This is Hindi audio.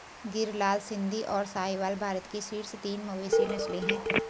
गिर, लाल सिंधी, और साहीवाल भारत की शीर्ष तीन मवेशी नस्लें हैं